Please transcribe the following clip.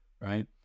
right